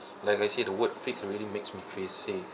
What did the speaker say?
like I say the word fixed already makes me feel safe